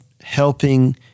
helping